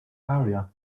area